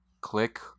Click